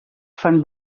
fan